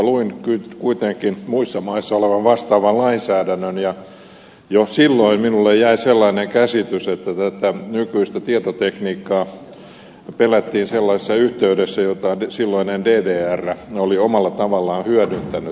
luin kuitenkin muissa maissa olevan vastaavan lainsäädännön ja jo silloin minulle jäi sellainen käsitys että tätä nykyistä tietotekniikkaa pelättiin sellaisessa yhteydessä jota silloinen ddr oli omalla tavallaan hyödyntänyt